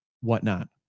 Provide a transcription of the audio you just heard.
whatnot